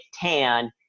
tan